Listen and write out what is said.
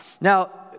Now